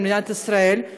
על מדינת ישראל,